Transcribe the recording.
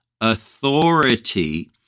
authority